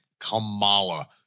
Kamala